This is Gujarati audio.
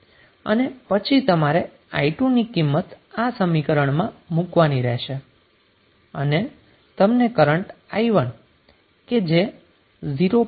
અને પછી તમારે i2 ની કિંમત આ સમીકરણમાં મુકવાની રહેશે અને તમને કરન્ટ i1 કે જે 0